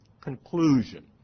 Conclusion